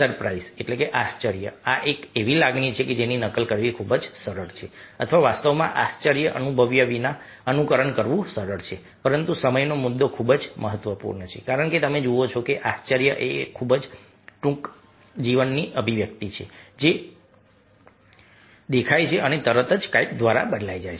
surprise આશ્ચર્ય એ એવી લાગણી છે જેની નકલ કરવી ખૂબ જ સરળ છે અથવા વાસ્તવમાં આશ્ચર્ય અનુભવ્યા વિના અનુકરણ કરવું સરળ છે પરંતુ સમયનો મુદ્દો ખૂબ જ મહત્વપૂર્ણ છે કારણ કે તમે જુઓ છો કે આશ્ચર્ય એ ખૂબ જ ટૂંકા જીવનની અભિવ્યક્તિ છે જે દેખાય છે અને તરત જ કંઈક દ્વારા બદલાઈ જાય છે